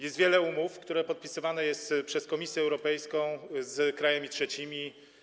Jest wiele umów, które podpisywane są przez Komisję Europejską z krajami trzecimi.